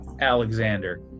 Alexander